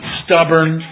stubborn